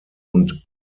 und